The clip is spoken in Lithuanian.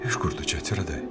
iš kur tu čia atsiradai